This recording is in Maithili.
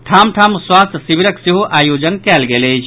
ठाम ठाम स्वास्थ्य शिविरक सेहो आयोजन कएल गेल अछि